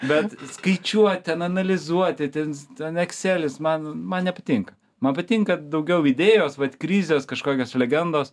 bet skaičiuot ten analizuoti ten ten ekselis man man nepatinka man patinka daugiau idėjos vat krizės kažkokios legendos